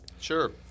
Sure